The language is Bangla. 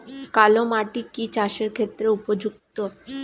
কালো মাটি কি চাষের ক্ষেত্রে উপযুক্ত?